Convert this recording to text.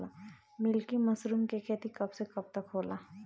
Milky mushroom के खेती कब से कब तक होला?